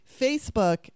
Facebook